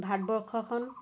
ভাৰতবৰ্ষখন